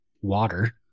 water